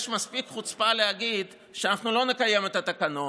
יש מספיק חוצפה להגיד שאנחנו לא נקיים את התקנון,